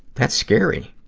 that's scary.